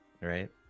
right